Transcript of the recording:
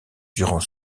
durant